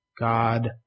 God